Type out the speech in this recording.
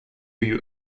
you